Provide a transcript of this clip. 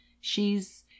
she's